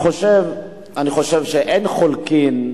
אני חושב שאין חולקין,